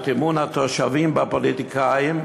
את אמון התושבים בפוליטיקאים,